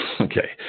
Okay